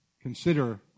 consider